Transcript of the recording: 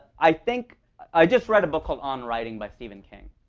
i think i just read a book called on writing by stephen king.